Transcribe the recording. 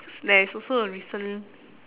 cause there is also a recent